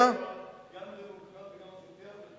גם דמוקרט וגם עשיתי עוול?